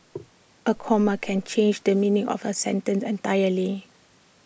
A comma can change the meaning of A sentence and entirely